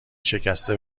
شکسته